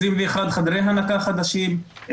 21 חדרי הנקה חדשים,